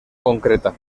concreta